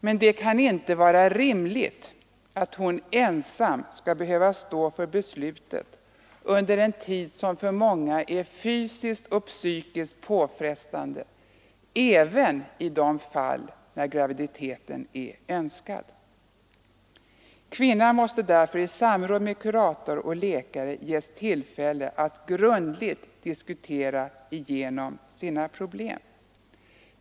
Men det kan inte vara rimligt att hon ensam skall behöva stå för beslutet under en tid, som för många är både fysiskt och psykiskt påfrestande även om graviditeten är önskad. Kvinnan måste därför i samråd med kurator och läkare ges tillfälle att grundligt diskutera igenom sina problem.